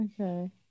okay